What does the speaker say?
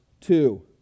two